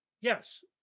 Yes